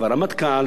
לשעברים?